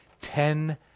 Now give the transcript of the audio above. Ten